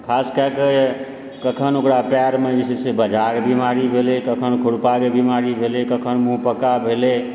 खास कएक कखन ओकरा पएरमे जे छै बजाह बीमारी भेलय कखन खुरपाके बीमारी भेलय कखन मुँहपका भेलय